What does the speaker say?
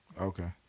Okay